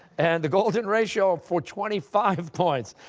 and the golden ratio for twenty five points.